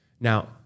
Now